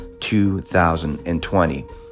2020